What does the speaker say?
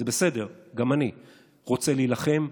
זה בסדר, גם אני רוצה להילחם,